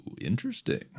interesting